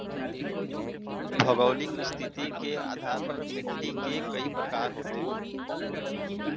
भौगोलिक स्थिति के आधार पर मिट्टी के कई प्रकार होते हैं